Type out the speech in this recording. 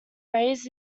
raised